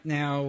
now